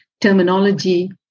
terminology